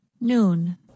Noon